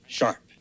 sharp